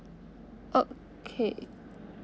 okay